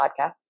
podcast